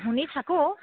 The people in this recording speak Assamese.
শুনি থাকোঁ